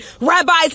Rabbis